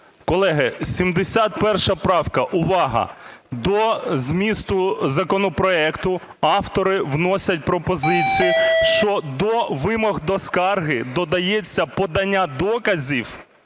Колеги, 71 правка, увага, до змісту законопроекту автори вносять пропозицію, що до вимог до скарги додається подання доказів